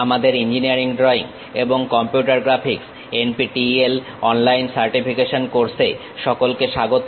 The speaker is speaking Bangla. আমাদের ইঞ্জিনিয়ারিং ড্রইং এবং computer graphics NPTEL online certification course এ সকলকে স্বাগত